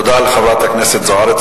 תודה לחברת הכנסת זוארץ.